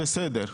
בסדר,